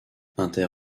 inter